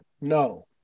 No